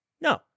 No